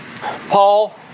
Paul